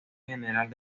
general